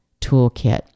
toolkit